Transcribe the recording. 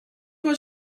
was